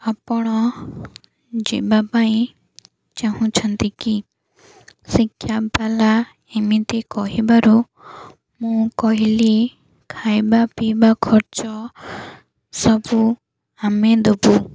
ଆପଣ ଯିବା ପାଇଁ ଚାହୁଁଛନ୍ତି କି ସେ କ୍ୟାବ୍ବାଲା ଏମିତି କହିବାରୁ ମୁଁ କହିଲି ଖାଇବା ପିଇବା ଖର୍ଚ୍ଚ ସବୁ ଆମେ ଦବୁ